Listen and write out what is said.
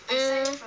mm